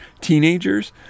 Teenagers